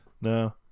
No